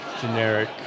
generic